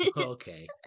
Okay